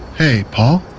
hey, paul?